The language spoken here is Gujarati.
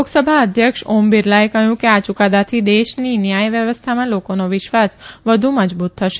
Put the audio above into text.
લોકસભા અધ્યક્ષ ઓમ બિરલાએ કહ્યું કે આ યુકાદાથી દેશની ન્યાય વ્યવસ્થામાં લોકોનો વિશ્વાસ વધુ મજબૂત થશે